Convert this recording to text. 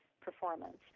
performance